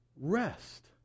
Rest